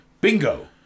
Bingo